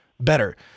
better